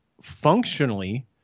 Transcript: functionally